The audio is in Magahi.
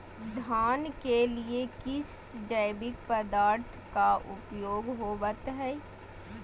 धान के लिए किस जैविक पदार्थ का उपयोग होवत है?